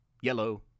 yellow